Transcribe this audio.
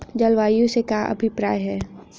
जलवायु से क्या अभिप्राय है?